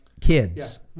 kids